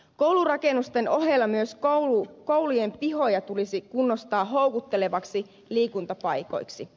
koulurakennusten ohella myös koulujen pihoja tulisi kunnostaa houkutteleviksi liikuntapaikoiksi